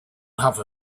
have